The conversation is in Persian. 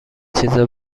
چیزا